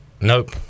Nope